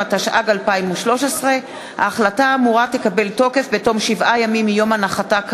התשע"ג 2013. ההחלטה האמורה תקבל תוקף בתום שבעה ימים מיום הנחתה כאמור,